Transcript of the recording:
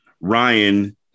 Ryan